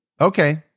okay